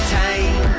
time